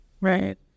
Right